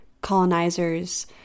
colonizers